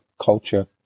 culture